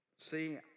See